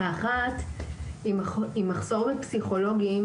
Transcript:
האחת היא מחסור בפסיכולוגים,